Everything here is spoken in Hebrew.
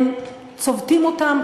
אם צובטים אותם,